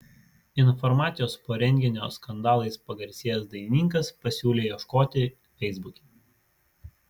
informacijos po renginio skandalais pagarsėjęs dainininkas pasiūlė ieškoti feisbuke